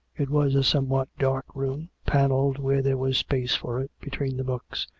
it was a somewhat dark room, panelled where there was space for it between the books,